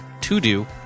to-do